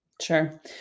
Sure